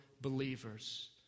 believers